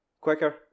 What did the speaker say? quicker